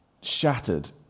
shattered